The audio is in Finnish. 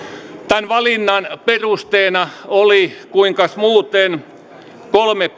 tämän valinnan perusteena oli kuinkas muuten kolme